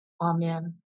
Amen